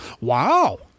wow